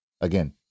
again